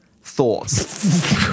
thoughts